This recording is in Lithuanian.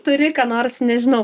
turi ką nors nežinau